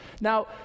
Now